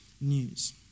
news